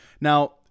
Now